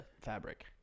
fabric